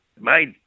made